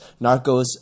Narcos